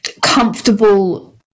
comfortable